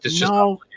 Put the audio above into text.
no